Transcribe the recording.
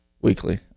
weekly